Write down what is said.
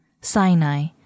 Sinai